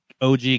OG